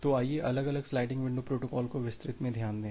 तो आइए अलग अलग स्लाइडिंग विंडो प्रोटोकॉल को विस्तृत मे ध्यान दें